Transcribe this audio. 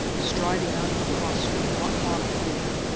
striding out of a cross-street not far before her,